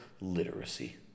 literacy